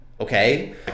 okay